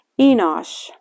Enosh